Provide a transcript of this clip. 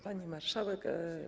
Pani Marszałek!